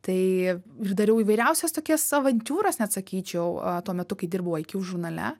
tai ir dariau įvairiausius tokias avantiūras net sakyčiau tuo metu kai dirbau iq žurnale